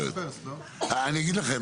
זה בסדר,